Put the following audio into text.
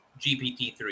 GPT-3